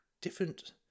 different